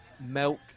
milk